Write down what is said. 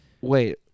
Wait